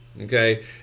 Okay